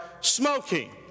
smoking